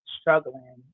struggling